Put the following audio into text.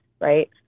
right